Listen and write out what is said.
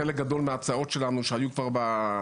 חלק גדול מההצעות שלנו שהיו בקנה,